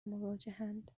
مواجهاند